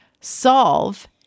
Solve